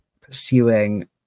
pursuing